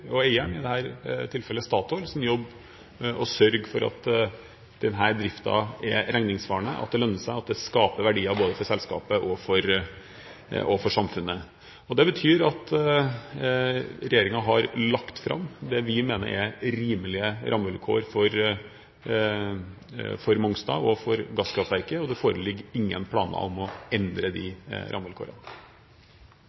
og eieren, i dette tilfellet Statoil, jobber med å sørge for at denne driften er regningssvarende, at det lønner seg, og at det skaper verdier både for selskapet og for samfunnet. Det betyr at regjeringen har lagt fram det vi mener er rimelige rammevilkår for Mongstad og gasskraftverket. Det foreligger ingen planer om å endre